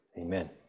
Amen